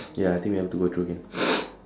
ya I think we have to go through again